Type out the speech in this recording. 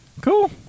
Cool